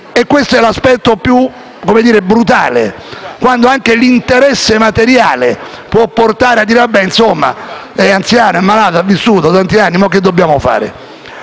Questo è l'aspetto più brutale, quando anche l'interesse materiale può portare a dire: «Insomma, è anziano, è malato, ha vissuto tanti anni: ora che cosa dobbiamo fare?».